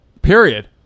Period